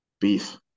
beef